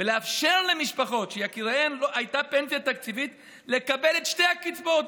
ולאפשר למשפחות שליקיריהן הייתה פנסיה תקציבית לקבל את שתי הקצבאות,